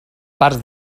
parts